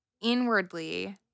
Inwardly